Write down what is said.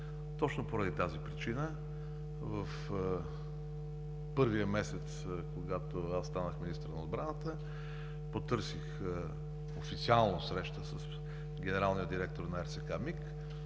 Точно поради тази причина в първия месец, когато станах министър на отбраната, потърсих официално среща с генералния директор на РСК